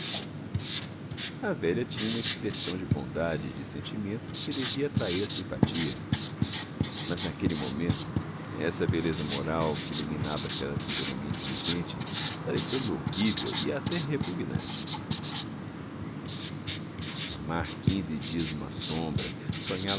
a velha tinha uma expressão de bondade e de sentimento que devia atrair a simpatia mas naquele momento essa beleza moral que iluminava aquela fisionomia inteligente pareceu-me horrível e até repugnante amar quinze dias uma sombra